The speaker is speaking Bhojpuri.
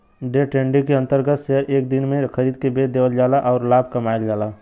डे ट्रेडिंग के अंतर्गत शेयर एक ही दिन में खरीद के बेच देवल जाला आउर लाभ कमायल जाला